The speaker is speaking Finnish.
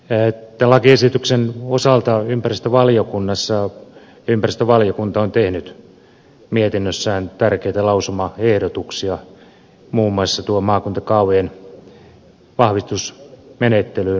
tämän lakiesityksen osalta ympäristövaliokunta on tehnyt mietinnössään tärkeitä lausumaehdotuksia muun muassa tuohon maakuntakaavojen vahvistusmenettelyyn liittyen